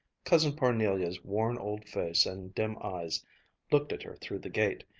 cousin parnelia's worn old face and dim eyes looked at her through the gate.